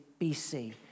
BC